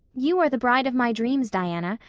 you are the bride of my dreams, diana,